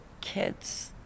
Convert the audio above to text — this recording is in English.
kids